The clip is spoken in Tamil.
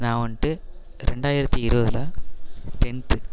நான் வந்துட்டு ரெண்டாயிரத்து இருபதுல டென்த்து